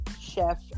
chef